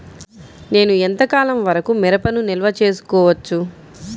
నేను ఎంత కాలం వరకు మిరపను నిల్వ చేసుకోవచ్చు?